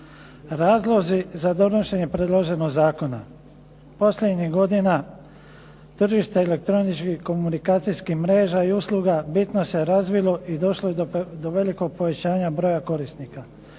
Razlozi za donošenje predloženog zakona. Posljednjih godina tržište elektroničkih komunikacijskih mreža i usluga bitno se razvilo i došlo je do velikog povećanja broja korisnika.